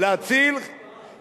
כולם כולם רצו להצביע בעד החוק,